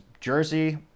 jersey